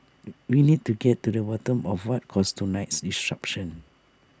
we need to get to the bottom of what caused tonight's disruption